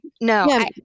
No